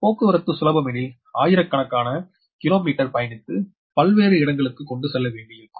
ஒருவேளை போக்குவரத்து சுலபமெனில் ஆயிரக்கணக்கான கிலோமீட்டர் பயணித்து பல்வேறு இடங்களுக்கு கொண்டுசெல்ல வேண்டியிருக்கும்